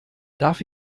darf